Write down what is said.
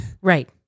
Right